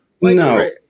No